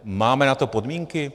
Máme na to podmínky?